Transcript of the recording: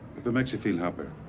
makes you feel happier.